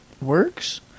works